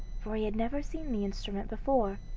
for he had never seen the instrument before.